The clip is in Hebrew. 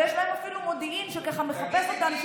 ויש להם אפילו מודיעין שככה מחפש אותם,